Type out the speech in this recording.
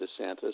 DeSantis